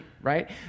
right